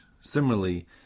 similarly